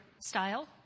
style